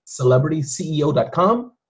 CelebrityCEO.com